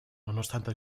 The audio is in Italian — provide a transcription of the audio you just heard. nonostante